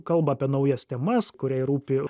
kalba apie naujas temas kuriai rūpi